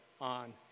on